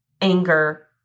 anger